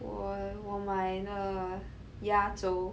我我买了鸭粥